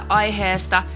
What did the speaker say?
aiheesta